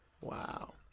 Wow